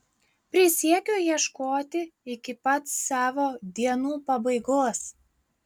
prisiekiu ieškoti iki pat savo dienų pabaigos